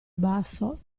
basso